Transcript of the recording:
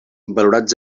valorats